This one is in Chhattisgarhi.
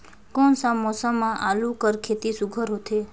कोन सा मौसम म आलू कर खेती सुघ्घर होथे?